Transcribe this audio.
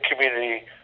community